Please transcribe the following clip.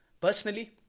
Personally